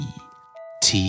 -t